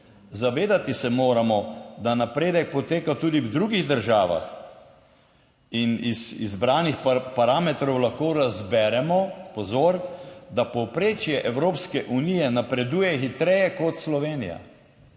Zavedati se moramo, da napredek poteka tudi v drugih državah in iz izbranih parametrov lahko razberemo, pozor, da povprečje Evropske unije napreduje hitreje kot Slovenija.